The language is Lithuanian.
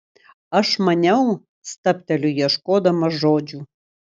aš maniau stabteliu ieškodama žodžių